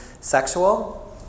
sexual